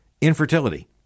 infertility